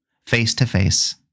face-to-face